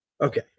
Okay